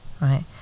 right